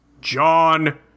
John